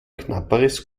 knapperes